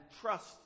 trust